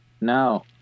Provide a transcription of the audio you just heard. No